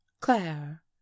Claire